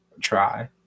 Try